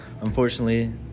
Unfortunately